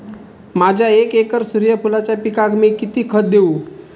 माझ्या एक एकर सूर्यफुलाच्या पिकाक मी किती खत देवू?